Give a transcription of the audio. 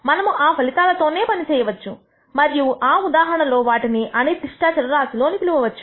మనము ఆ ఫలితాలతోనే పని చేయవచ్చు మరియు ఆ ఉదాహరణ లో వాటిని అనిర్దిష్ట చర రాశులు అని పిలువవచ్చు